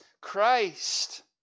Christ